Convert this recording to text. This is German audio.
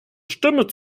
stimme